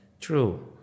True